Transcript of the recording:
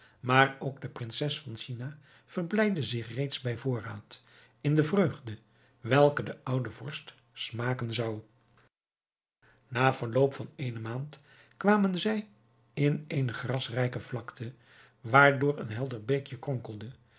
maar ook de prinses van china verblijdde zich reeds bij voorraad in de vreugde welke de oude vorst smaken zou na verloop van eene maand kwamen zij in eene grasrijke vlakte waardoor een helder beekje